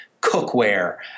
cookware